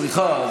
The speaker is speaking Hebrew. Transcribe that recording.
סליחה,